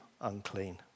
unclean